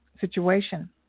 situation